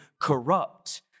corrupt